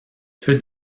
feu